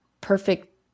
perfect